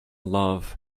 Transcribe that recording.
love